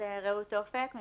ואנחנו גם רואים את ההרתעה של